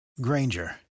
Granger